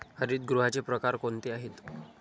हरितगृहाचे प्रकार कोणते आहेत?